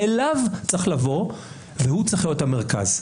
אליו צריך לבוא והוא צריך להיות המרכז.